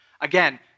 Again